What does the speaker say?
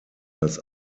das